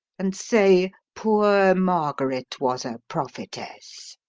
and say, poor margaret was a prophetess